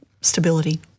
stability